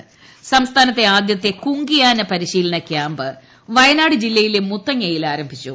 കുങ്കിയാന സംസ്ഥാനത്തെ ആദ്യത്തെ കുങ്കിയാന പരിശീലന ക്യാമ്പ് വയനാട് ജില്ലയിലെ മുത്തങ്ങയിൽ ആരംഭിച്ചു